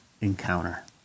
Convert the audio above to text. encounter